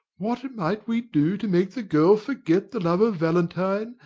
what might we do to make the girl forget the love of valentine,